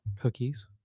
Cookies